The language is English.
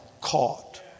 caught